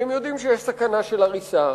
כי הם יודעים שיש סכנה של הריסה,